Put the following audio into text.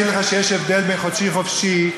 שיש הבדל בין "חופשי-חודשי",